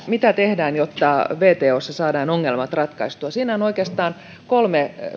mitä tehdään jotta wtossa saadaan ongelmat ratkaistua siinä on oikeastaan kolme